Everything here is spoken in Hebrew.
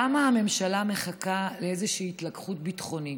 למה הממשלה מחכה לאיזושהי התלקחות ביטחונית?